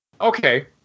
Okay